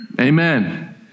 Amen